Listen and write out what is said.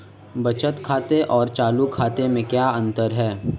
बचत खाते और चालू खाते में क्या अंतर है?